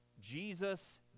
Jesus